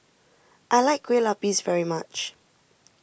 I like Kueh Lapis very much